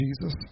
Jesus